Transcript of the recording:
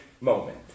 moment